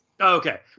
okay